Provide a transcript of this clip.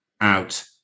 out